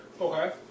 Okay